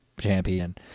champion